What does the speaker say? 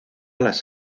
las